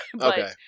okay